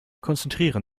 konzentrieren